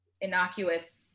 innocuous